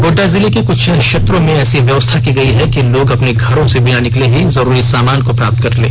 गोड्डा जिले के कुछ क्षेत्रों में ऐसी व्यवस्था की गई है कि लोग अपने घरों से बिना निकले ही जरूरी सामान को प्राप्त कर लें